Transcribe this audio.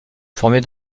former